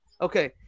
Okay